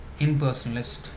impersonalist